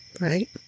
Right